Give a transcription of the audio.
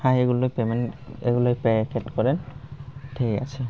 হ্যাঁ এগুলো পেমেন্ট এগুলো পেড করেন ঠিক আছে